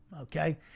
Okay